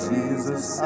Jesus